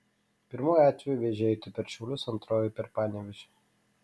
pirmuoju atveju vėžė eitų per šiaulius antruoju per panevėžį